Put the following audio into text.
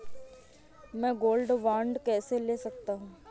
मैं gold bond कैसे ले सकता हूँ?